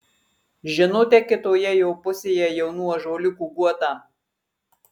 žinote kitoje jo pusėje jaunų ąžuoliukų guotą